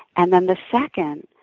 and then the second,